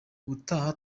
ubutaha